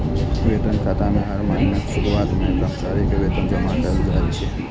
वेतन खाता मे हर महीनाक शुरुआत मे कर्मचारी के वेतन जमा कैल जाइ छै